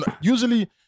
usually